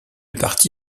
parti